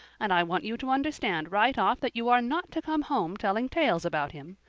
and i want you to understand right off that you are not to come home telling tales about him.